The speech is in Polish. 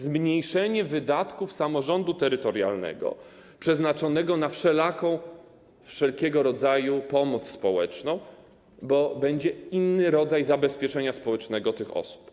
Zmniejszenie wydatków samorządu terytorialnego przeznaczonych na wszelkiego rodzaju pomoc społeczną, bo będzie inny rodzaj zabezpieczenia społecznego tych osób.